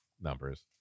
numbers